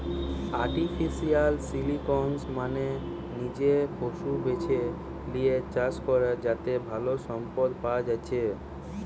artificial selection মানে নিজে পশু বেছে লিয়ে চাষ করা যাতে ভালো সম্পদ পায়া যাচ্ছে